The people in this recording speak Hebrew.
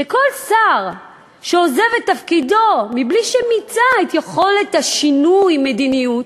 כל שר שעוזב את תפקידו בלי שמיצה את יכולת שינוי המדיניות,